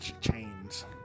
chains